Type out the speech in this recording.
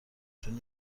چون